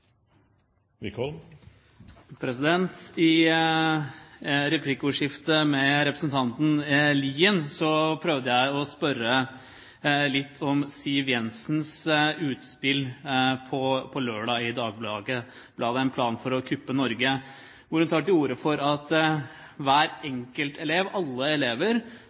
I replikkordskiftet med representanten Lien prøvde jeg å spørre litt om Siv Jensens utspill i Dagbladet på søndag – om en plan for å kuppe Norge, hvor hun tar til orde for at hver enkelt elev